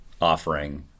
offering